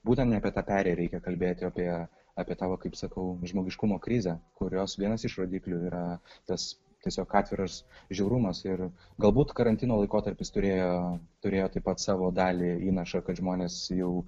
būtent apie tą perėją reikia kalbėti o apie apie tavo kaip sakau žmogiškumo krizę kurios vienas iš rodiklių yra tas tiesiog atviras žiaurumas ir galbūt karantino laikotarpis turėjo turėjo taip pat savo dalį įnašą kad žmonės jau